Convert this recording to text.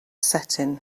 setting